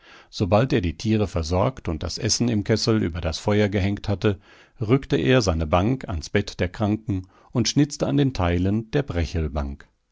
sobald er die tiere versorgt und das essen im kessel über das feuer gehängt hatte rückte er seine bank ans bett der kranken und schnitzte an den teilen der brechelbank